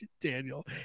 Daniel